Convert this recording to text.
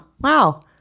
Wow